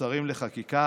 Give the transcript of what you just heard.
השרים לחקיקה